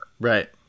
Right